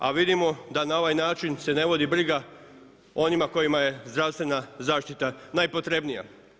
A vidimo da na ovaj način se ne vode briga onima kojima je zdravstvena zaštita najpotrebnija.